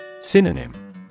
Synonym